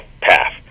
path